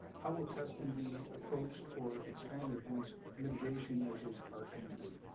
how will testing be approached or expanded once mitigation measures are eased?